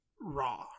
raw